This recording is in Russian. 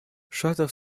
шатов